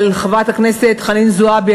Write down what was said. על חברת הכנסת חנין זועבי.